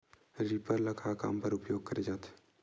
Reaper ल का काम बर उपयोग करे जाथे?